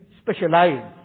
specialized